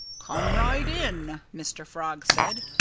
come right in! mr. frog said.